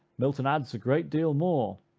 milton adds a great deal more,